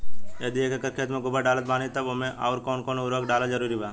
यदि एक एकर खेत मे गोबर डालत बानी तब ओमे आउर् कौन कौन उर्वरक डालल जरूरी बा?